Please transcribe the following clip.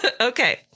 okay